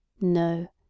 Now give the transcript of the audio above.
No